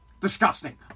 Disgusting